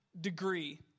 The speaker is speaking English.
degree